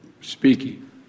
speaking